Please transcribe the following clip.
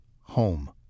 home